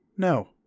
No